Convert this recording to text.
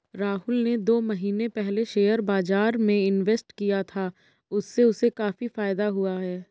राहुल ने दो महीने पहले शेयर बाजार में इन्वेस्ट किया था, उससे उसे काफी फायदा हुआ है